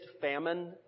famine